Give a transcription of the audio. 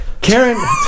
Karen